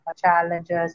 challenges